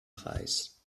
preis